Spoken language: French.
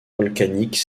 volcanique